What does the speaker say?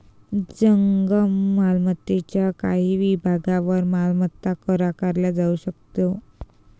जंगम मालमत्तेच्या काही विभागांवर मालमत्ता कर आकारला जाऊ शकतो